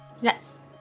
yes